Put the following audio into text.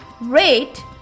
rate